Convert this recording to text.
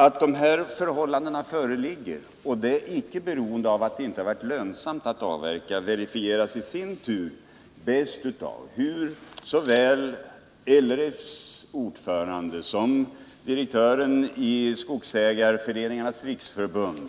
Att de här förhållandena föreligger — och det är icke beroende av att det inte har varit lönsamt att avverka — verifieras i sin tur bäst av hur såväl LRF:s ordförande som direktören i Skogsägareföreningarnas riksförbund